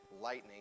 lightning